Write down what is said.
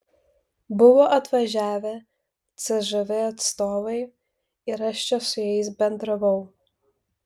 buvo atvažiavę cžv atstovai ir aš čia su jais bendravau